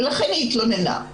ולכן היא התלוננה.